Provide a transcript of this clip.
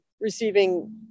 receiving